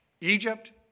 Egypt